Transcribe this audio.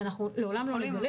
ואנחנו לעולם לא נגלה.